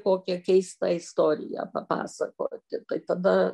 kokią keistą istoriją papasakoti tai tada